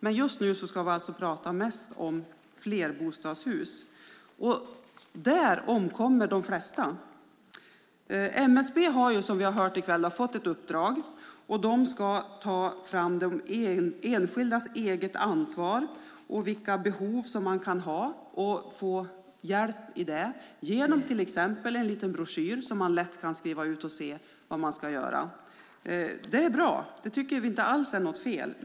Men just nu ska vi tala mest om flerbostadshus. Där omkommer de flesta. MSB har, som vi har hört i kväll, fått ett uppdrag att förbättra de enskildas eget ansvar och undersöka vilka behov de kan ha och hjälpa dem med det genom till exempel en liten broschyr där man lätt kan se vad man ska göra. Det är bra. Det tycker vi inte alls är fel.